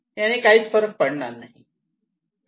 याने काहीही फरक पडणार नाही